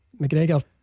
McGregor